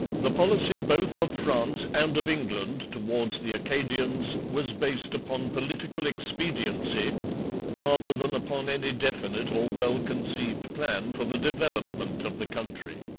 the policy both of france and of england towards the acadians was based upon political expediency rather than upon any definite or well-conceived plan for the development of the country.